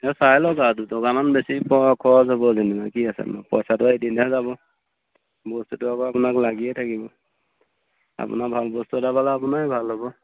এয়া চাই লওক আ দুটকামান বেছি বাৰু খৰচ হ'ব যেনিবা কি আছেনো পইচাটো এদিনহে যাব বস্তুটো আকৌ আপোনাক লাগিয়ে থাকিব আপোনাৰ ভাল বস্তু এটা পালে আপোনাৰে ভাল হ'ব